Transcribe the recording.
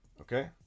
Okay